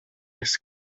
its